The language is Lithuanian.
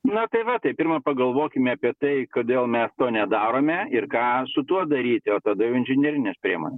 na tai va tai pirma pagalvokime apie tai kodėl mes to nedarome ir ką su tuo daryti o tada jau inžinerinės priemonės